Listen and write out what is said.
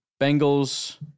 Bengals